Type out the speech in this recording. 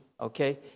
okay